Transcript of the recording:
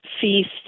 feast